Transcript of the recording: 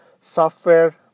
Software